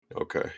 Okay